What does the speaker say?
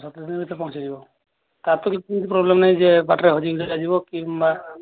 ଛ ସାତ ଦିନ ଭିତରେ ପହଞ୍ଚିଯିବ କିଛି ପ୍ରୋବ୍ଲେମ୍ ନାହିଁ ଯେ ବାଟରେ ହଜିହୁଜା ଯିବ କିମ୍ବା